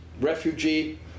refugee